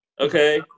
Okay